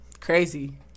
Crazy